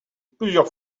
plusieurs